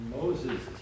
Moses